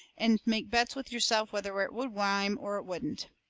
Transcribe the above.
and make bets with yourself whether it would rhyme or it wouldn't.